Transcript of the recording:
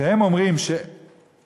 שהם אומרים שלימוד